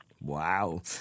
Wow